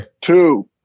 two